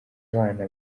bana